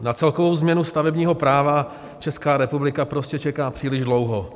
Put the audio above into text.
Na celkovou změnu stavebního práva Česká republika prostě čeká příliš dlouho.